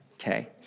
okay